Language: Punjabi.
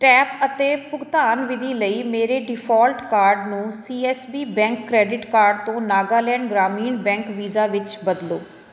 ਟੈਪ ਅਤੇ ਭੁਗਤਾਨ ਵਿਧੀ ਲਈ ਮੇਰੇ ਡਿਫੋਲਟ ਕਾਰਡ ਨੂੰ C S B bank credit card ਤੋਂ ਨਾਗਾਲੈਂਡ ਗ੍ਰਾਮੀਣ ਬੈਂਕ ਵੀਜ਼ਾ ਵਿੱਚ ਬਦਲੋ